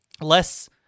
less